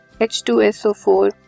H2SO4